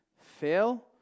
fail